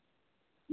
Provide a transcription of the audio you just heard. हूँ